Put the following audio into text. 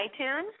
itunes